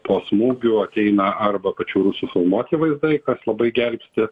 po smūgių ateina arba pačių rusų filmuoti vaizdai kas labai gelbsti